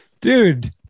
Dude